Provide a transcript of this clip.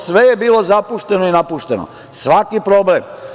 Sve je bilo zapušteno i napušteno, svaki problem.